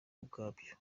ubwabyo